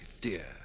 dear